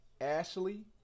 Ashley